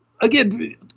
Again